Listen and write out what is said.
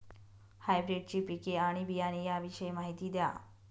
हायब्रिडची पिके आणि बियाणे याविषयी माहिती द्या